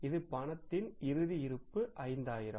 இது ரொக்கத்தின் இறுதி இருப்பு 5000